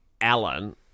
Alan